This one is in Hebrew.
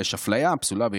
ויש אפליה פסולה ביסודו,